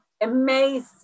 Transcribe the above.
Amazing